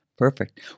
Perfect